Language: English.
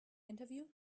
interview